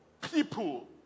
people